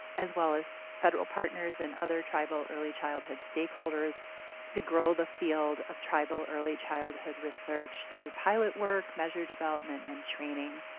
as well, as federal partners and other tribal early childhood stakeholders to grow the field of tribal early childhood research through pilot work measure development and training.